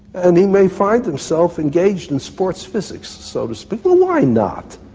and he may find himself engaged in sports physics, so to speak. well, why not?